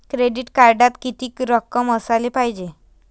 Credit कार्डात कितीक रक्कम असाले पायजे?